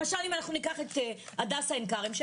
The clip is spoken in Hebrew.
למשל אם אנחנו ניקח את הדסה עין כרם,